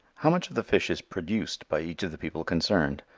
how much of the fish is produced by each of the people concerned?